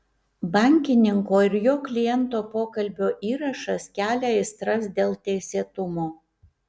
bankininko ir jo kliento pokalbio įrašas kelia aistras dėl teisėtumo